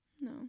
no